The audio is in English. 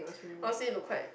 honestly looks quite